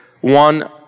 one